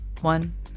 One